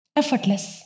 effortless